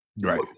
Right